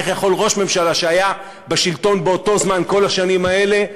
איך יכול ראש ממשלה שהיה בשלטון באותו זמן כל השנים האלה,